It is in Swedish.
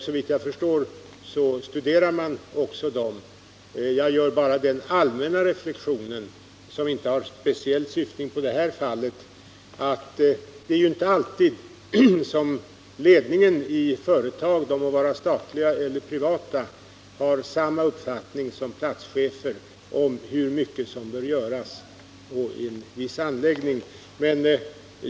Såvitt jag förstår studerar man också förslagen. Jag gör bara den allmänna reflexionen, som inte har speciell syftning på det här fallet, att ledningen i ett företag ju inte alltid — det må vara ett statligt eller ett privat företag — har samma uppfattning som platschefen om hur mycket som bör göras vid en viss anläggning.